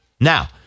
Now